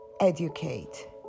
Educate